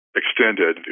extended